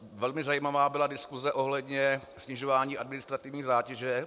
Velmi zajímavá byla diskuse ohledně snižování administrativní zátěže.